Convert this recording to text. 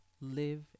live